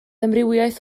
amrywiaeth